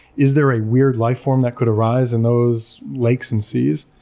is there a weird life form that could arise in those lakes and seas?